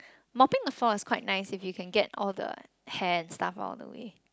mopping the floor is quite nice if you can get all the hair and stuff out of the way